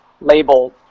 label